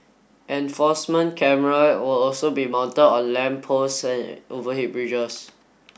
enforcement camera will also be mounted on lamp posts and overhead bridges